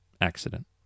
accident